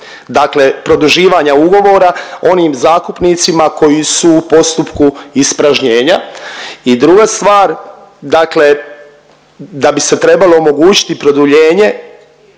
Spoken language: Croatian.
dakle produživanja ugovora onim zakupnicima koji su u postupku ispražnjenja. I druga stvar, dakle da bi se trebalo omogućiti produljenje